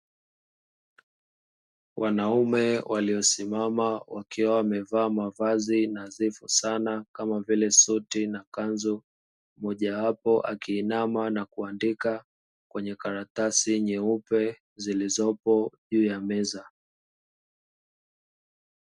Wanaume waliosimama wakiwa wamevaa mavazi nadhifu sana kama vile suti na kanzu, mmojawapo akiinama na kuandika kwenye karatasi nyeupe zilizopo juu ya meza.